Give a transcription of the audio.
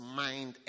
mind